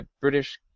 British